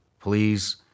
please